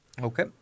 Okay